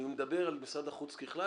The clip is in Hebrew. אני מדבר על משרד החוץ ככלל,